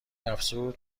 افزود